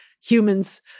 humans